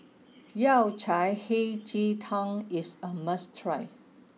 Yao Cai Hei Ji Tang is a must try